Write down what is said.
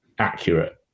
Accurate